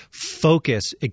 focus